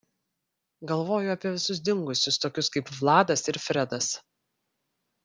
galvoju apie visus dingusius tokius kaip vladas ir fredas